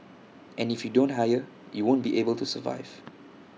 and if you don't hire you won't be able to survive